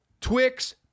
Twix